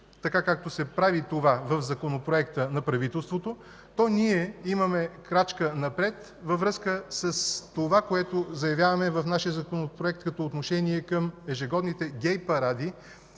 така както се прави това в Законопроекта на правителството, то ние имаме крачка напред във връзка с това, което заявяваме в нашия Законопроект като отношение към ежегодните гей паради